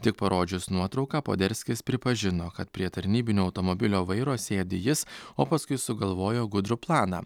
tik parodžius nuotrauką poderskis pripažino kad prie tarnybinio automobilio vairo sėdi jis o paskui sugalvojo gudrų planą